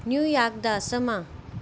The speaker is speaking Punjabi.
ਨਿਊਯਾਰਕ ਦਾ ਸਮਾਂ